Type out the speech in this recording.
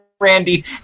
randy